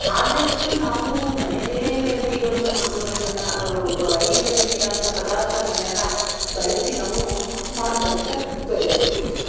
ಆದಷ್ಟು ನಾವು ಮನೆಯಲ್ಲೇ ಸಿಗೋವಂಥ ಮದ್ದುಗಳನ್ನೆಲ್ಲ ಅಡುಗೆ ಮನೆಯಲ್ಲಿ ಸಿಗೋವಂಥ ಪದಾರ್ಥಗಳ್ನೆಲ್ಲ ಬಳಸಿ ನಾವು ಮಾಡ್ಕೋತಾ ಬರಬೇಕು